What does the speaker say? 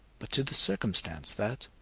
but to the circumstance that,